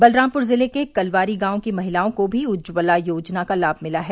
बलरामपुर जिले के कलवारी गांव की महिलाओं को भी उज्ज्वला योजना का लाभ मिला है